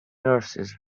nurses